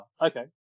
okay